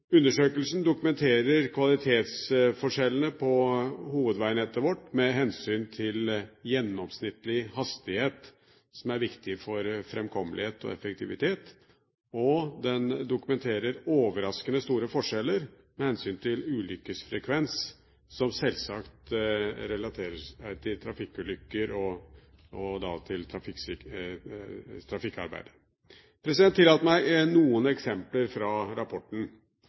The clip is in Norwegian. Undersøkelsen dokumenterer kvalitetsforskjellene på hovedveinettet vårt med hensyn til gjennomsnittlig hastighet, som er viktig for framkommelighet og effektivitet, og den dokumenterer overraskende store forskjeller med hensyn til ulykkesfrekvens, som selvsagt relaterer seg til trafikkulykker og til trafikkarbeidet. Tillat meg noen eksempler fra rapporten: